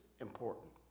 important